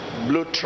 blue